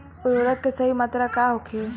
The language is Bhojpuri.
उर्वरक के सही मात्रा का होखे?